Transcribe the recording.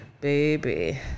Baby